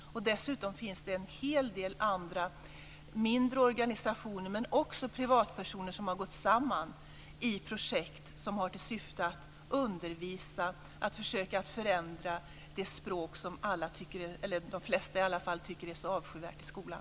Dessutom finns det en hel del andra mindre organisationer men också privatpersoner som har gått samman i projekt som har till syfte att undervisa och försöka förändra det språk som de flesta tycker är så avskyvärt i skolan.